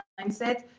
mindset